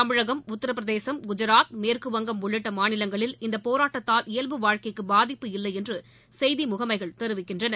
தமிழகம் உத்திரபிரதேசம் குஜராத் மேற்குவங்கம் உள்ளிட்ட மாநிலங்களில் இப்போராட்டத்தால் இயல்பு வாழ்க்கைக்கு பாதிப்பு இல்லை என்று செய்தி முகமைகள் தெரிவிக்கின்றன